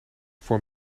voor